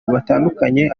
batandukanye